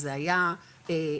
זה היה,